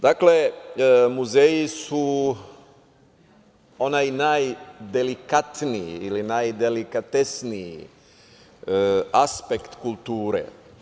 Dakle, muzeji su onaj najdelikatniji ili najdelikatesniji aspekt kulture.